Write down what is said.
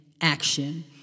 action